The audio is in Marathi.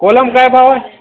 कोलम काय भाव आहे